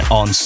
on